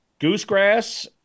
goosegrass